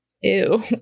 Ew